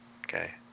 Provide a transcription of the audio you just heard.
Okay